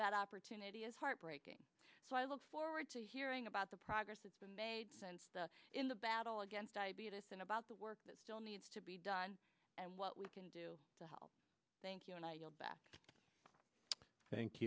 that opportunity is heartbreaking so i look forward to hearing about the progress that's been made since the in the battle against diabetes and about the work that still needs to be done and what we can do to help thank you and i yield back thank